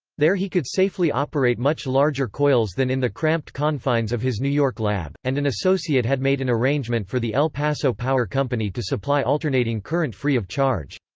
there he could safely operate much larger coils than in the cramped confines of his new york lab, and an associate had made an arrangement for the el paso power company to supply alternating current free of charge.